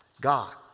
God